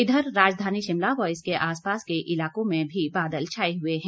इधर राजधानी शिमला व इसके आसपास के इलाकों में भी बादल छाए हुए हैं